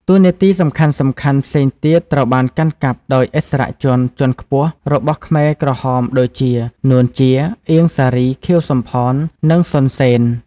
តួនាទីសំខាន់ៗផ្សេងទៀតត្រូវបានកាន់កាប់ដោយឥស្សរជនជាន់ខ្ពស់របស់ខ្មែរក្រហមដូចជា នួន ជា អៀង សារី ខៀវ សំផន និងសុន សេន។